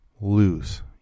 lose